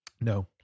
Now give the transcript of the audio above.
No